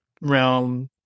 realm